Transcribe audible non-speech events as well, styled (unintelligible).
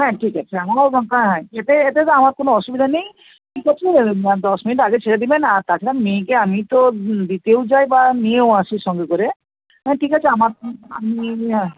হ্যাঁ ঠিক আছে আমার আর (unintelligible) এতে এতে তো আমার কোনো অসুবিধা নেই ঠিক আছে দশ মিনিট আগে ছেড়ে দেবেন আর তাছাড়া মেয়েকে আমিই তো দিতেও যাই বা নিয়েও আসি সঙ্গে করে হ্যাঁ ঠিক আছে আমার আমি নিয়ে গিয়ে